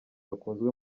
bakunzwe